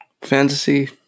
Fantasy